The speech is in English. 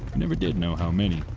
never did know how many.